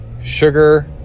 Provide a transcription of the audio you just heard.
sugar